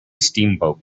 steamboat